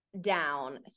down